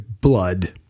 blood